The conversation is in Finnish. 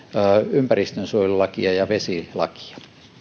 ympäristönsuojelulakia ja vesilakia